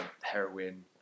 heroin